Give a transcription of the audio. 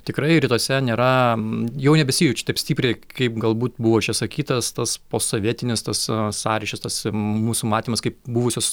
tikrai rytuose nėra jau nebesijaučia taip stipriai kaip galbūt buvo čia sakytas tas posovietinis tas sąryšis tas mūsų matymas kaip buvusios